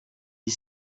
dix